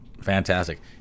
Fantastic